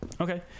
Okay